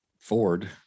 ford